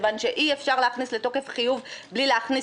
כיוון שאי אפשר להכניס לתוקף חיוב בלי להכניס